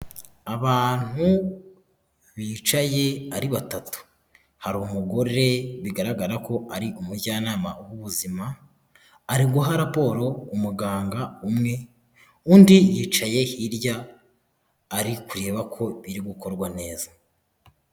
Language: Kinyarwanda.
Abantu bicaye ari batatu, hari umugore bigaragara ko ari umujyanama w'ubuzima, ari guha raporo umuganga umwe, undi yicaye hirya ari kureba ko biri gukorwa neza.